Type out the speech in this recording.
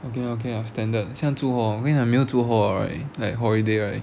okay okay lah standard 像住 hall 我跟你讲没有住 hall right like holiday right